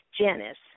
Janice